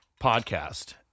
podcast